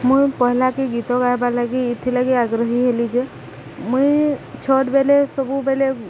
ମୁଇଁ ପହଲାକେ ଗୀତ ଗାଇବାର୍ ଲାଗି ଏଥିଲାଗି ଆଗ୍ରହୀ ହେଲି ଯେ ମୁଇଁ ଛୋଟବେଲେ ସବୁବେଲେ